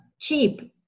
cheap